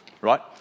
right